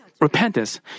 repentance